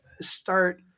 start